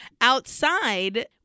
outside